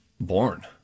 born